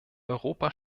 europa